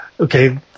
Okay